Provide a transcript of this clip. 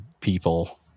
people